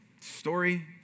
story